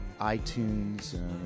iTunes